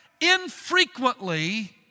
infrequently